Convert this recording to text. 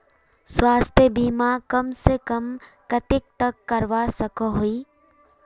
स्वास्थ्य बीमा कम से कम कतेक तक करवा सकोहो ही?